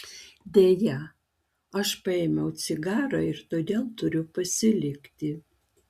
deja aš paėmiau cigarą ir todėl turiu pasilikti